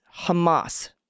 Hamas